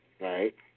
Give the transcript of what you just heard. Right